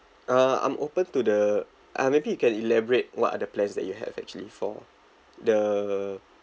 uh I'm open to the uh maybe you can elaborate what are the plans that you have actually for the